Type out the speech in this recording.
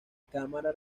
cámara